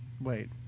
Wait